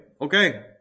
Okay